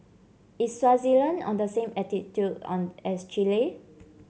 is Swaziland on the same latitude on as Chile